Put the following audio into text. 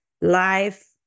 life